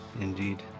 indeed